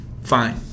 Fine